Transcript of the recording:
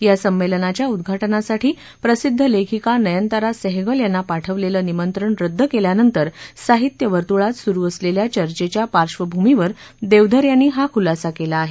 या संमेलनाच्या उद्घाटनासाठी प्रसिद्ध लेखिका नयनतारा सहगल यांना पाठवलेलं निमंत्रण रद्द केल्यानंतर साहित्य वर्तुळात सुरु असलेल्या चर्चेच्या पार्श्वभूमीवर देवधर यांनी हा खुलासा केला आहे